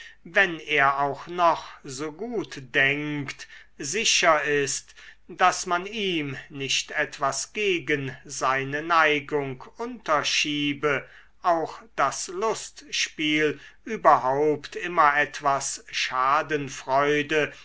wenn er auch noch so gut denkt sicher ist daß man ihm nicht etwas gegen seine neigung unterschiebe auch das lustspiel überhaupt immer etwas schadenfreude